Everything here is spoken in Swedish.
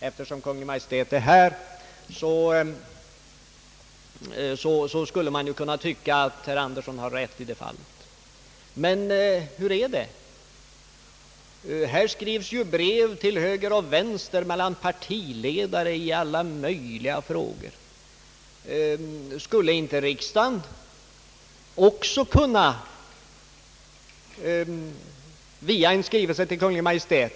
Eftersom Kungl. Maj:t är representerad i kammaren just nu, skulle man ju kun na tycka att herr Andersson har rätt i det här fallet. Men hur är det — här skrivs brev till höger och vänster, t.ex. mellan partiledare, i alla möjliga frågor. Skulle inte riksdagen också kunna uttala sig via en skrivelse till Kungl. Maj:t?